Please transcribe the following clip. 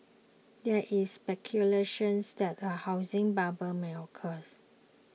there is speculations that a housing bubble may occurs